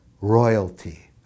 royalty